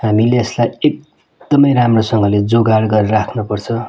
हामीले यसलाई एकदमै राम्रोसँगले जोगाड गरेर राख्नपर्छ